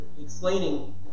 explaining